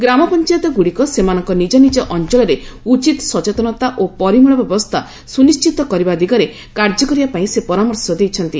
ଗ୍ରାମପଂଚାୟତଗୁଡିକ ସେମାନଙ୍କ ନିଜ ନିଜ ଅଂଚଳରେ ଉଚିତ୍ ସଚେତନତା ଓ ପରିମଳ ବ୍ୟବସ୍ଥା ସୁନିଶ୍ଚିତ କରିବା ଦିଗରେ କାର୍ଯ୍ୟ କରିବା ପାଇଁ ସେ ପରାମର୍ଶ ଦେଇଛନ୍ତି